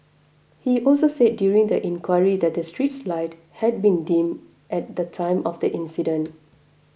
he also said during the inquiry that the street lights had been dim at the time of the incident